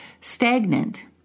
stagnant